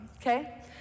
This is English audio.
Okay